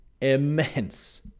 immense